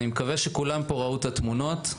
אני מקווה שכולם ראו את התמונות.